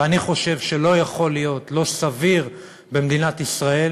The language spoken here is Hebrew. ואני חושב שלא יכול להיות, לא סביר במדינת ישראל,